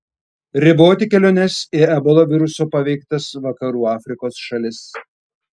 riboti keliones į ebola viruso paveiktas vakarų afrikos šalis